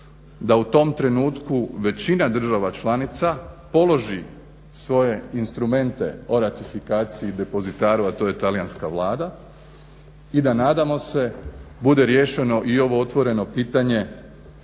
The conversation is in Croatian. da u tom trenutku većina država članica položi svoje instrumente o ratifikaciji, depozitaru a to je talijanska Vlada i da nadamo se bude riješeno i ovo otvoreno pitanje